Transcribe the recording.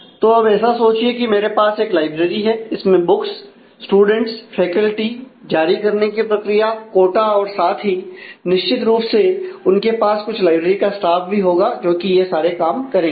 तो अब ऐसा सोचिए कि मेरे पास एक लाइब्रेरी है इसमें बुक्स भी होगा जो कि यह सारे काम करेंगे